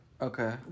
Okay